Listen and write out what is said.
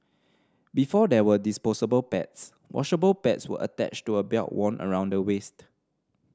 before there were disposable pads washable pads were attached to a belt worn around the waist